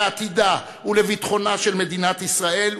לעתידה ולביטחונה של מדינת ישראל,